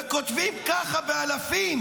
וכותבים ככה באלפים.